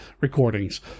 recordings